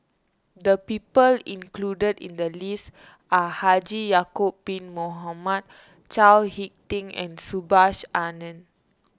the people included in the list are Haji Ya'Acob Bin Mohamed Chao Hick Tin and Subhas Anandan